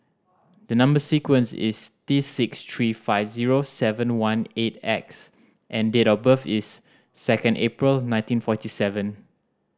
the number sequence is T six three five zero seven one eight X and date of birth is second April nineteen forty seven